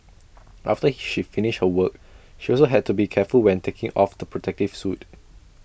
after she finished her work she also had to be careful when taking off the protective suit